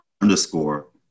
underscore